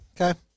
Okay